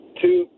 two